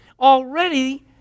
Already